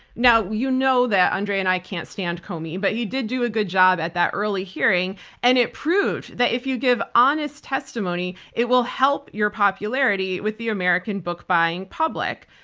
now, you know that andrea and i can't stand comey, but he did do a good job at that early hearing and it proved that if you give honest testimony, it will help your popularity with the american book buying public.